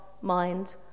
mind